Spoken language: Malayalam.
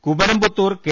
കുമരംപുത്തൂർ കെ